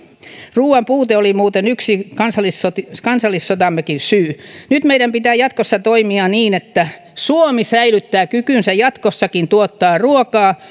ruoan puute oli muuten yksi kansallissotammekin kansallissotammekin syy nyt meidän pitää jatkossa toimia niin että suomi säilyttää kykynsä jatkossakin tuottaa ruokaa